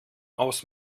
aus